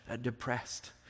depressed